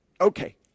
okay